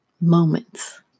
moments